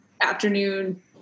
afternoon